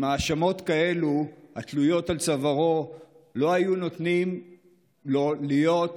עם האשמות כאלה התלויות על צווארו לא היו נותנים לו להיות